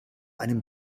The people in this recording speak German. einem